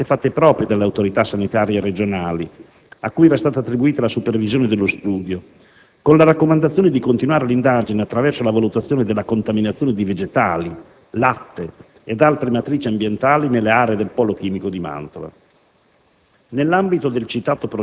Le risultanze sono state fatte proprie dalle autorità sanitarie regionali a cui era stata attribuita la supervisione dello studio, con la raccomandazione di continuare l'indagine attraverso la valutazione della contaminazione di vegetali, latte ed altre matrici ambientali nelle aree del polo chimico di Mantova.